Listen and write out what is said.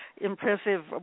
impressive